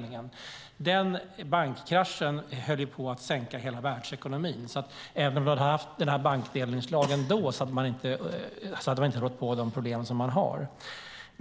fred. Men denna bankkrasch höll på att sänka hela världsekonomin. Även om vi hade haft denna bankdelningslagen då hade man inte rått på de problem som man hade.